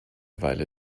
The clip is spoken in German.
weile